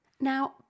Now